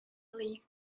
league